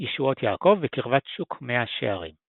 בקרבת שוק מאה שערים.